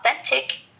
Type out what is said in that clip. authentic